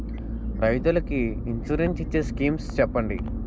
రైతులు కి ఇన్సురెన్స్ ఇచ్చే స్కీమ్స్ చెప్పండి?